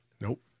Nope